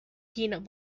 peanut